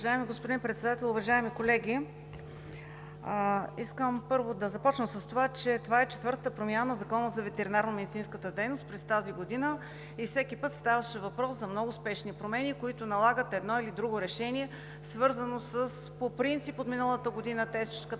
Уважаеми господин Председател, уважаеми колеги! Искам да започна, първо, че това е четвъртата промяна в Закона за ветеринарномедицинската дейност през тази година и всеки път ставаше въпрос за много спешни промени, които налагат едно или друго решение, свързано по принцип с тежката епизоотична